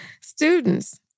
students